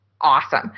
awesome